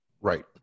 Right